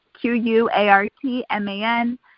Q-U-A-R-T-M-A-N